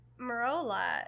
marola